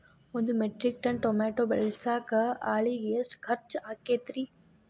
ಒಂದು metric ton tomato ಬೆಳಸಾಕ್ ಆಳಿಗೆ ಎಷ್ಟು ಖರ್ಚ್ ಆಕ್ಕೇತ್ರಿ?